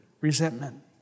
resentment